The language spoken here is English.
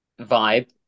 vibe